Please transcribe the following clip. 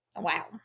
wow